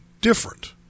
different